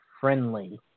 friendly